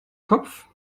kopf